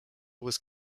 was